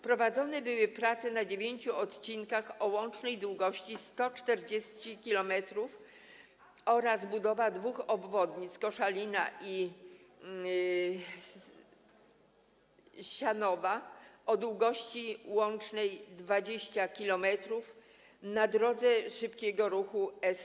Prowadzone były prace na dziewięciu odcinkach o łącznej długości 140 km oraz budowa dwóch obwodnic, Koszalina i Sianowa, o długości łącznej 20 km na drodze szybkiego ruchu S6.